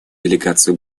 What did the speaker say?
делегации